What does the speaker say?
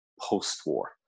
post-war